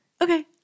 Okay